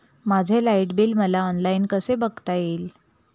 माझे light bill मला online कसे बघता येईल?